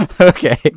Okay